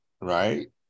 right